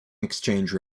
exchange